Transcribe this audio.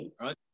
Right